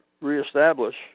reestablish